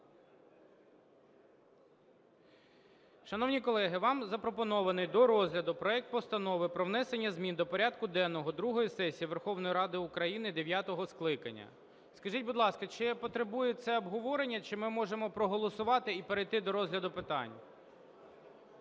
Шановні колеги, вам запропонований до розгляду проект Постанови про внесення змін до порядку денного другої сесії Верховної Ради України дев'ятого скликання. Скажіть, будь ласка, чи потребує це обговорення, чи ми можемо проголосувати і перейти до розгляду питань?